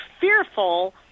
fearful